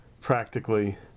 practically